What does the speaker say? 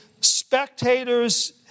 spectators